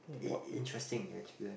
it interesting experience